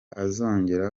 azongera